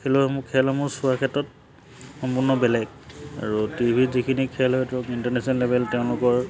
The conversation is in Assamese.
খেলুৱৈসমূহ খেলসমূহ চোৱাৰ ক্ষেত্ৰত সম্পূৰ্ণ বেলেগ আৰু টিভিত যিখিনি খেল হয়তো ইণ্টাৰনেশ্যনেল লেভেল তেওঁলোকৰ